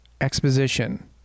exposition